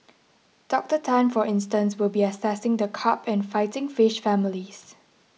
Doctor Tan for instance will be assessing the carp and fighting fish families